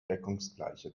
deckungsgleiche